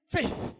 Faith